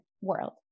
world